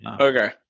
Okay